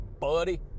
buddy